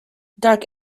dark